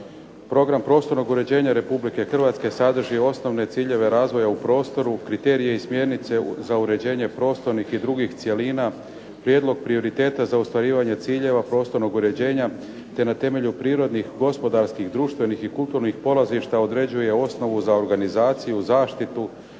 Program prostornog uređenja Republike Hrvatske sadrži osnovne ciljeve razvoja u prostoru, kriterije i smjernice za uređenje prostornih i drugih cjelina, prijedlog prioriteta za ostvarivanje ciljeva prostornog uređenja, te na temelju prirodnih, gospodarskih, društvenih i kulturnih polazišta određuje osnovu za organizaciju, zaštitu,